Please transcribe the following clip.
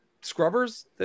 scrubbers